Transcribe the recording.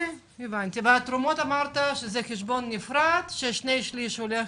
והתרומות הן חשבון נפרד ששני שליש הולך